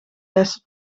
lessen